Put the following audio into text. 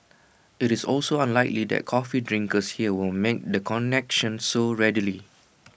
IT is also unlikely that coffee drinkers here will make the connection so readily